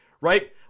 Right